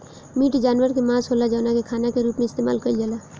meat जानवर के मांस होला जवना के खाना के रूप में इस्तेमाल कईल जाला